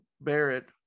Barrett